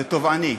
זה תובעני,